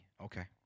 Okay